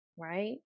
right